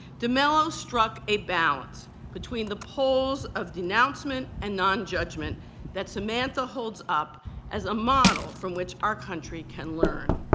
de mello struck a balance between the poles of denouncement and non-judgement that samantha holds up as a model from which our country can learn.